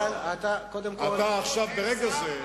אין שר,